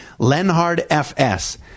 L-E-N-H-A-R-D-F-S